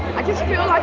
i just feel